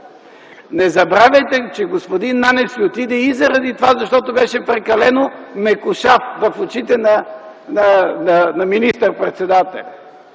Не забравяйте, че господин Нанев си отиде и заради това, защото беше прекалено мекушав в очите на министър - председателя.